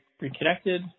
Reconnected